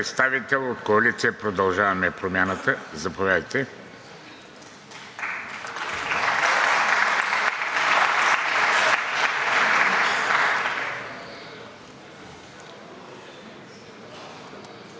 представител от Коалиция „Продължаваме Промяната“ – заповядайте.